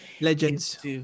Legends